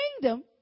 kingdom